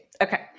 Okay